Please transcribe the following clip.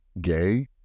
Gay